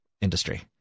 industry